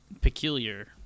peculiar